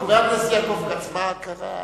חבר הכנסת יעקב כץ, מה קרה?